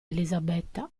elisabetta